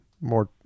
more